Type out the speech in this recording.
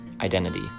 identity